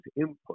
input